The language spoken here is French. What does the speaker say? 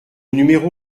numéro